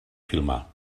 filmar